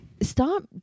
Stop